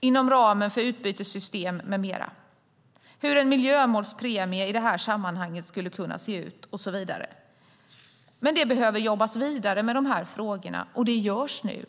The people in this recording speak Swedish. inom ramen för utbytessystem med mera, hur en miljömålspremie i det här sammanhanget skulle kunna se ut och så vidare. Men det behöver jobbas vidare med de här frågorna, och det görs nu.